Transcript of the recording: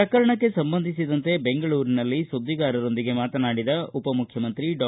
ಪ್ರಕರಣಕ್ಕೆ ಸಂಬಂಧಿಸಿದಂತೆ ಬೆಂಗಳೂರಿನಲ್ಲಿ ಸುದ್ದಿಗಾರರೊಂದಿಗೆ ಮಾತನಾಡಿದ ಉಪ ಮುಖ್ಯಮಂತ್ರಿ ಡಾ